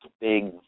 big